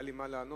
היה לי מה לענות,